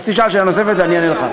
אז תשאל שאלה נוספת ואני אענה לך.